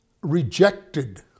rejected